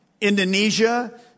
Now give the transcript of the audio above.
Indonesia